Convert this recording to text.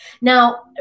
Now